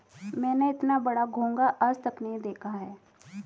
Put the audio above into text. मैंने इतना बड़ा घोंघा आज तक नही देखा है